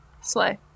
Slay